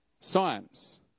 science